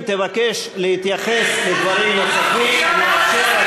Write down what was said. אם תבקש להתייחס לדברים נוספים אני אאפשר.